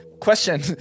Question